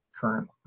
current